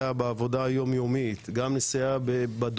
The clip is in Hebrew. גם לסייע בעבודה היום-יומית,